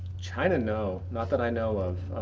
china? no, not that i know of.